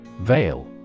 Veil